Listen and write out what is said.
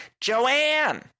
Joanne